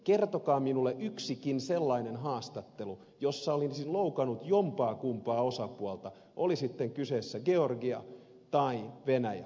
kertokaa minulle yksikin sellainen haastattelu jossa olisin loukannut jompaakumpaa osapuolta oli sitten kyseessä georgia tai venäjä